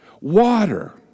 water